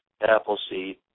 Appleseed